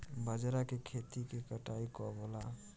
बजरा के खेती के कटाई कब होला?